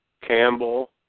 Campbell